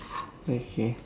okay